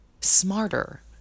smarter